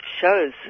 shows